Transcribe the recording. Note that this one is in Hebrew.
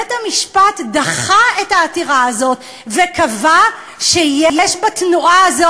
בית-המשפט דחה את העתירה הזאת וקבע כי יש בתנועה הזאת,